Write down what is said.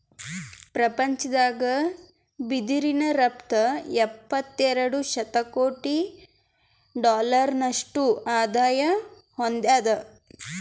ಪ್ರಪಂಚದಾಗ್ ಬಿದಿರಿನ್ ರಫ್ತು ಎಪ್ಪತ್ತೆರಡು ಶತಕೋಟಿ ಡಾಲರ್ನಷ್ಟು ಆದಾಯ್ ಹೊಂದ್ಯಾದ್